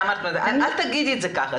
אבל אל תגידי את זה כך,